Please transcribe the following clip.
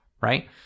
right